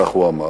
כך הוא אמר,